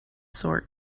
sort